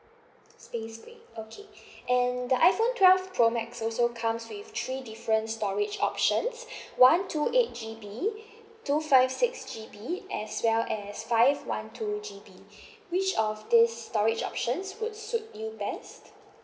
space grey okay and the iphone twelve pro max also comes with three different storage options one two eight G_B two five six G_B as well as five one two G_B which of these storage options would suit you best